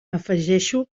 afegeixo